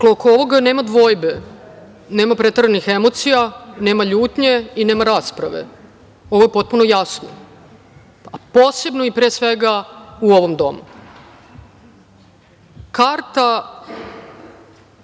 Srbije. Dakle, oko ovoga nema dvojbe, nema preteranih emocija, nema ljutnje i nema rasprave. Ovo je potpuno jasno, a posebno i pre svega u ovom domu. Karta